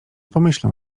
pomyślą